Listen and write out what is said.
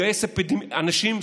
מגייס אנשים,